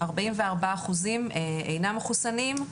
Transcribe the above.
44% אינם מחוסנים,